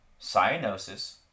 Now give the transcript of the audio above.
cyanosis